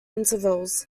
intervals